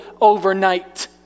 overnight